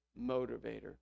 motivator